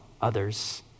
others